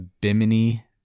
Bimini